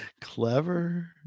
Clever